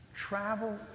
Travel